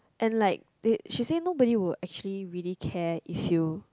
and like they she say nobody will actually really care if you